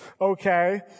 okay